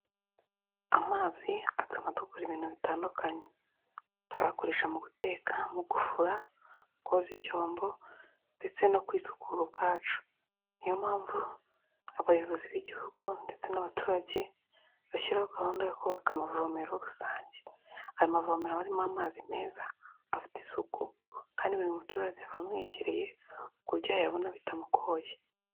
Amazi atuma dukora ibintu bitandukanye, turayakoresha mu guteka, mu gufura, koza ibyombo ndetse no kwisukura ubwacu. Niyo mpamvu abayobozi b'igihugu ndetse n'abaturage bashyiraho gahunda yo kubaka amavomero rusange. Aya mavomero aba arimo amazi meza afite isuku kandi buri muturage aba amwegereye ku uburyo yayabona bitamugoye.